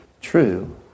true